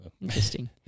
Interesting